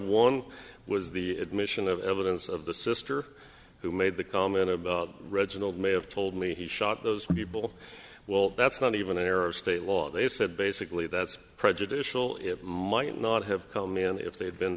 one was the admission of evidence of the sister who made the comment about reginald may have told me he shot those people well that's not even an error state law they said basically that's prejudicial it might not have come in if they'd been